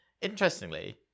Interestingly